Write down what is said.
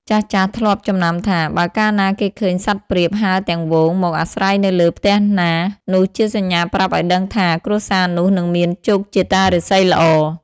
ចាស់ៗ ធ្លាប់ចំណាំថា បើកាលណាគេឃើញសត្វព្រាបហើរទាំងហ្វូងមកអាស្រ័យនៅលើផ្ទះណា នោះជាសញ្ញាប្រាប់ឱ្យដឹងថា គ្រួសារនោះនឹងមានជោគជតារាសីល្អ។